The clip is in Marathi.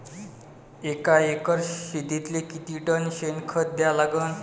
एका एकर शेतीले किती टन शेन खत द्या लागन?